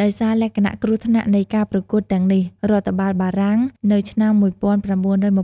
ដោយសារលក្ខណៈគ្រោះថ្នាក់នៃការប្រកួតទាំងនេះ រដ្ឋបាលបារាំងនៅឆ្នាំ១៩២៨ បានប